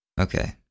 okay